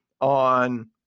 on